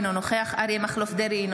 אינו נוכח אריה מכלוף דרעי,